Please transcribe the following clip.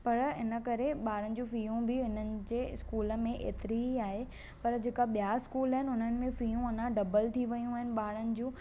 पर इन करे ॿारनि जूं फ़ियूं बि हिन जे स्कूल में एतिरी ई आहे पर जेका ॿिया स्कूल आहिनि हुननि में फ़ियूं अञा डबल थी वयूं आहिनि ॿारनि जूं